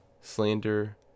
Slander